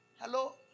Hello